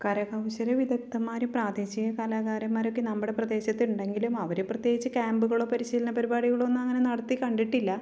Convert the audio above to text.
കരകൗശല വിദഗ്ധന്മാരും പ്രാദേശിക കലാകാരന്മാരൊക്കെ നമ്മുടെ പ്രദേശത്തുണ്ടെങ്കിലും അവർ പ്രത്യേകിച്ച് ക്യാമ്പുകളോ പരിശീലന പരിപാടികളൊന്നും അങ്ങനെ നടത്തി കണ്ടിട്ടില്ല